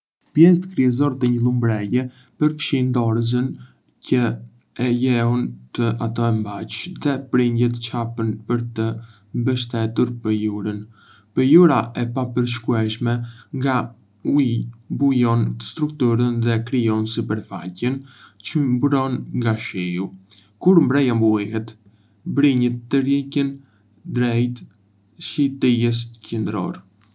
Pjesët kryesore të një umbrele përfshijnë dorezën, që e lejon atë të e mbaç, dhe brinjët që hapen për të mbështetur pëlhurën. Pëlhura e papërshkueshme nga uji mbulon strukturën dhe krijon sipërfaqen që mbron nga shiu. Kur umbrela mbuíhet, brinjët tërhiqen drejt shtyllës qendrore.